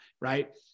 right